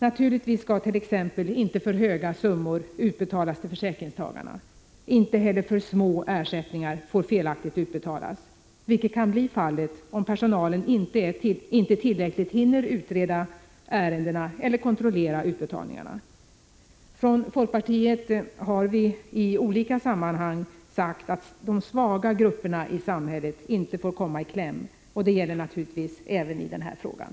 Naturligtvis skall t.ex. inte för höga summor utbetalas till försäkringstagarna. Inte heller för små ersättningar får felaktigt utbetalas, vilket kan bli fallet, om personalen inte tillräckligt hinner utreda ärendena eller kontrollera utbetalningarna. Från folkpartiet har vi i olika sammanhang sagt att de svaga grupperna i samhället inte får komma i kläm — och det gäller naturligtvis även i den här frågan.